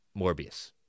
Morbius